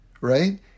Right